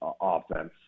offense